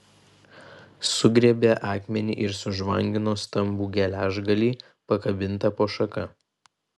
sugriebė akmenį ir sužvangino stambų geležgalį pakabintą po šaka